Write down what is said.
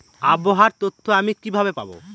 আবহাওয়ার তথ্য আমি কিভাবে পাবো?